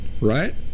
right